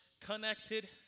connected